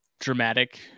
dramatic